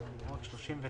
אחרי שלוש שנים,